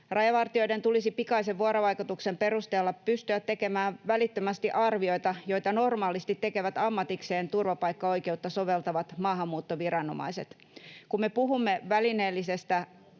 Rajavartijoiden tulisi pikaisen vuorovaikutuksen perusteella pystyä tekemään välittömästi arvioita, joita normaalisti tekevät ammatikseen turvapaikkaoikeutta soveltavat maahanmuuttoviranomaiset. Kun me puhumme välineellistetystä